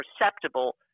perceptible